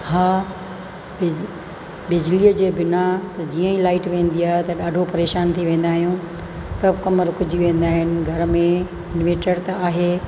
हा बिजलीअ जे बिना त जीअं ई लाइट वेंदी आहे त ॾाढो परेशानु थी वेंदा आहियूं वेंदा आहिनि घर में इनवेटर त आहे